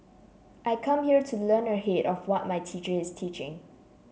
I come here to learn ahead of what my teacher is teaching